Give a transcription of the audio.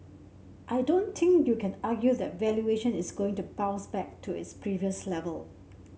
I don't think you can argue that valuation is going to bounce back to its previous level